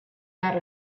that